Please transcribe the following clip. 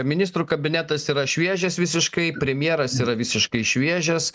ministrų kabinetas yra šviežias visiškai premjeras yra visiškai šviežias